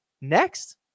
next